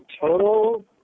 total